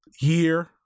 year